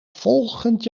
volgend